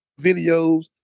videos